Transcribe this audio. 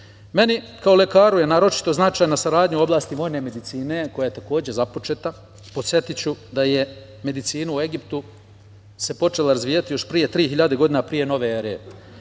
kao lekaru je naročito značajna saradnja u oblasti vojne medicine, koja je takođe započeta. Podsetiću da je medicina u Egiptu se počela razvijati još pre 3.000 godina p.n.e.